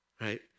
Right